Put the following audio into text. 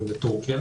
הן לטורקיה.